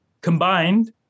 Combined